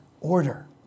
order